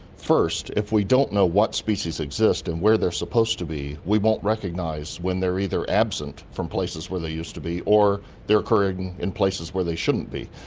first, if we don't know what species exist and where they're supposed to be, we won't recognise when they're either absent from places where they used to be or they're occurring in places where they shouldn't be.